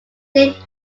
named